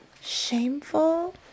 Shameful